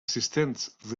assistents